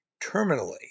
terminally